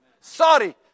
Sorry